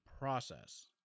process